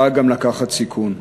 שידעה גם לקחת סיכון.